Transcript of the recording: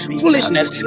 foolishness